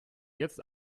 jetzt